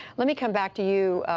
let me come back to you,